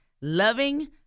loving